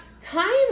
time